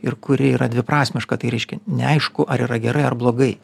ir kuri yra dviprasmiška tai reiškia neaišku ar yra gerai ar blogai